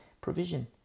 provision